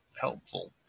helpful